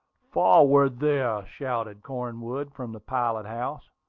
forward, there! shouted cornwood from the pilot-house.